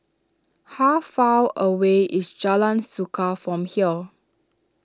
how far away is Jalan Suka from here